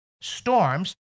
storms